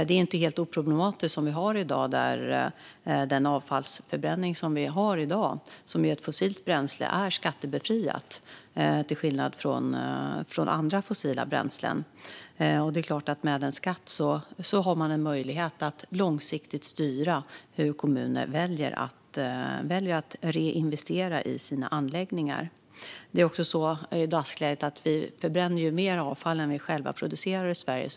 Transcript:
Det är inte helt oproblematiskt som vi har det i dag. Den avfallsförbränning som vi har i dag sker med ett fossilt bränsle som är skattebefriat till skillnad från andra fossila bränslen. Med en skatt har man en möjlighet att långsiktigt styra hur kommuner väljer att reinvestera i sina anläggningar. I dagsläget förbränner vi mer avfall än vi själva producerar i Sverige.